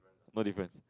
no difference